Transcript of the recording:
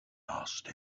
asked